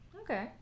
Okay